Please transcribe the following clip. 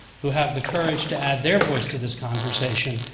who have the courage to add their voice to this conversation,